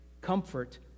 comfort